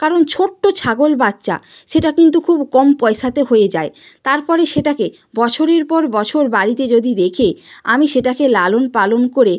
কারণ ছোট্টো ছাগল বাচ্চা সেটা কিন্তু খুব কম পয়সাতে হয়ে যায় তারপরে সেটাকে বছরের পর বছর বাড়িতে যদি রেখে আমি সেটাকে লালন পালন করে